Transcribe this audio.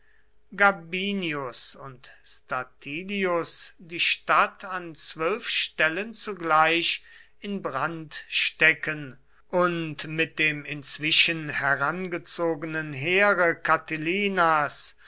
gabinius und statilius die stadt an zwölf stellen zugleich in brand stecken und mit dem inzwischen herangezogenen heere